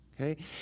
okay